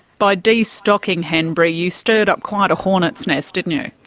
by destocking henbury you stirred up quite a hornet's nest, didn't you?